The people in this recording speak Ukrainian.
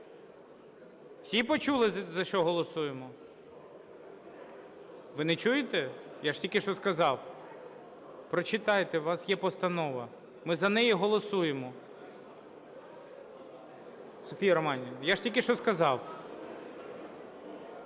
Всі почули, за що голосуємо? Ви не чуєте? Я ж тільки що сказав. Прочитайте, у вас є постанова, ми за неї голосуємо. Софія Романівна, я ж тільки що сказав.